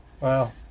Wow